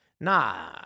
nah